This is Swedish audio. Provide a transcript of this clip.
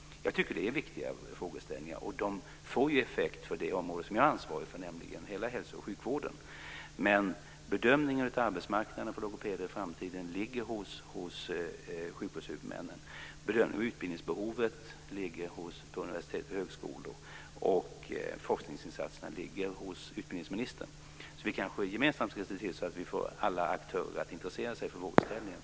Jag tycker det är viktiga frågeställningar. De får effekt på det område som jag är ansvarig för, nämligen hela hälso och sjukvården. Men bedömningen av arbetsmarknaden för logopeder i framtiden ligger hos sjukvårdshuvudmännen. Bedömningen av utbildningsbehovet ligger hos universitet och högskolor. Frågan om forskningsinsatserna ligger hos utbildningsministern. Vi kanske gemensamt ska se till att vi får alla aktörer att intressera sig för frågeställningen.